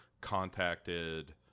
contacted